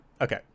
Okay